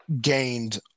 gained